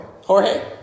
Jorge